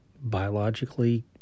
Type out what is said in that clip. biologically